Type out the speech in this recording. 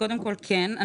קודם כל, כן.